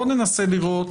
בואו ננסה לראות